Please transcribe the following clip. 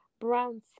brown